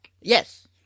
Yes